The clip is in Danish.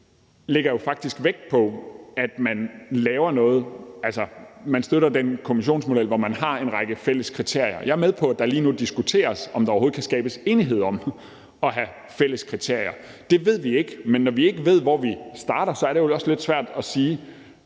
til, lægger jo faktisk vægt på, at man laver noget, altså at man støtter den kommissionsmodel, hvor man har en række fælles kriterier. Og jeg er med på, at der lige nu diskuteres, om der overhovedet kan skabes enighed om at have fælles kriterier. Det ved vi ikke, men når vi ikke ved, hvor vi starter, så er det jo også lidt svært at sige,